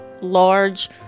large